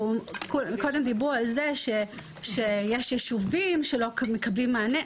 קודם דיברו על זה שיש ישובים שלא מקבלים מענה,